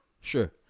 Sure